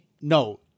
no